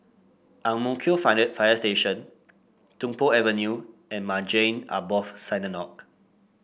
Ang Mo Kio Fire Station Tung Po Avenue and Maghain Aboth Synagogue